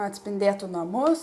atspindėtų namus